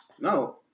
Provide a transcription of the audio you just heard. no